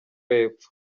y’epfo